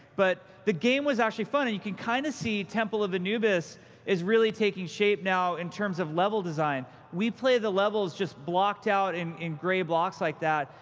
but the game was actually fun. you can kind of see temple of anubis is really taking shape now, in terms of level design. we play the levels just blocked out in in gray blocks like that.